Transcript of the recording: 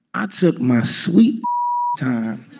i took my sweet time.